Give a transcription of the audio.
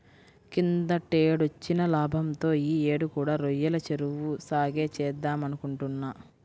కిందటేడొచ్చిన లాభంతో యీ యేడు కూడా రొయ్యల చెరువు సాగే చేద్దామనుకుంటున్నా